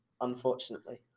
unfortunately